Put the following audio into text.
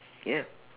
ya